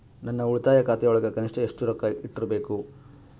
ನನ್ನ ಉಳಿತಾಯ ಖಾತೆಯೊಳಗ ಕನಿಷ್ಟ ಎಷ್ಟು ರೊಕ್ಕ ಇಟ್ಟಿರಬೇಕು?